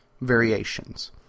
Variations